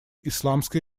исламской